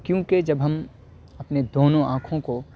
کیونکہ جب ہم اپنی دونوں آنکھوں کو